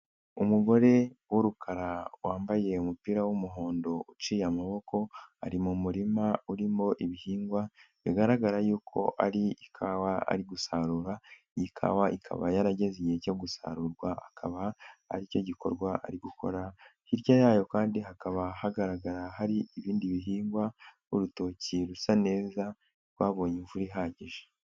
Umugore w'urukara wambaye umupira w'umuhondo uciye amaboko, ari mu murima urimo ibihingwa, bigaragara yuko hari ikawa ari gusarura ikaba yarageze igihe cyo gusarurwa, akaba aricyo gikorwa ari gukora. Hirya yayo kandi hakaba hagaragara hari ibindi bihingwa, urutoki rusa neza rwabonye imvura ihagije.